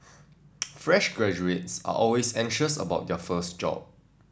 fresh graduates are always anxious about their first job